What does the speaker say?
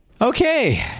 Okay